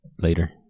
later